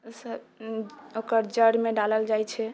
ओहिसँ ओकर जड़िमे डालल जाइ छै